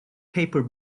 paper